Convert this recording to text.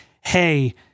Hey